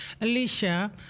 Alicia